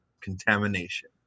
contamination